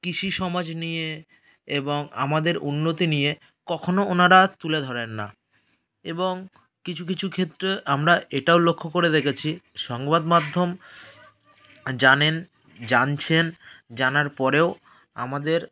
কৃষি সমাজ নিয়ে এবং আমাদের উন্নতি নিয়ে কখনও ওনারা তুলে ধরেন না এবং কিছু কিছু ক্ষেত্রে আমরা এটাও লক্ষ করে দেখেছি সংবাদমাধ্যম জানেন জানছেন জানার পরেও আমাদের